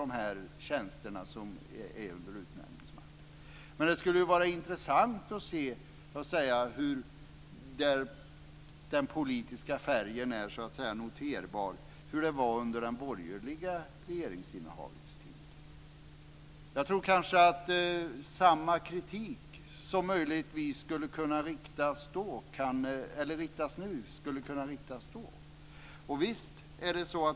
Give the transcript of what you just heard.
Nu går det inte att se eftersom det är en stor politisk spridning på de människor som utsetts till de tjänster som ligger under utnämningsmakten. Jag tror att samma kritik som möjligtvis skulle kunna riktas nu, kanske skulle ha kunnat riktas då.